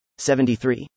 73